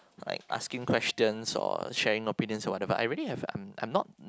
like asking questions or sharing opinions of other I really have a I'm I'm not